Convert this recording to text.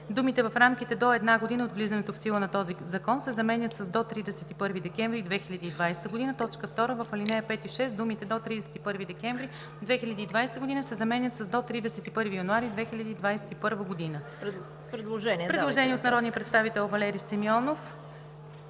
думите „в рамките до една година от влизането в сила на този закон“ се заменят с „до 31 декември 2020 г.“. 2. В ал. 5 и 6 думите „до 31 декември 2020 г.“ се заменят с „до 31 януари 2021 г.“.“ Предложение от народния представител Валери Симеонов.